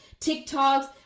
TikToks